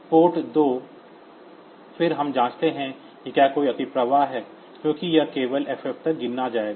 port P2 फिर हम जांचते हैं कि क्या कोई अतिप्रवाह है क्योंकि यह केवल FF तक गिना जाएगा